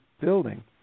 building